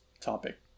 topic